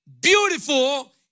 beautiful